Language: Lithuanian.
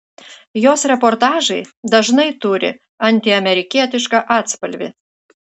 jos reportažai dažnai turi antiamerikietišką atspalvį